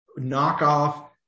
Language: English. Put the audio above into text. knockoff